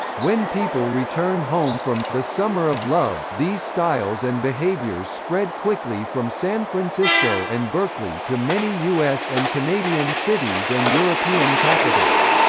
when people returned home from the summer of love these styles and behaviors spread quickly from san francisco and berkeley to many us and canadian cities and european capitals.